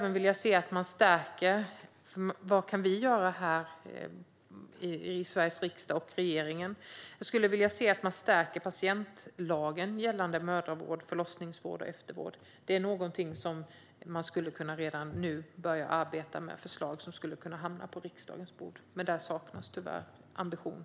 När det gäller vad regeringen och Sveriges riksdag kan göra skulle jag vilja se att man stärker patientlagen gällande mödravård, förlossningsvård och eftervård. Det är någonting som man redan nu skulle kunna arbeta med och lägga fram förslag om på riksdagens bord. Men där saknas tyvärr ambition.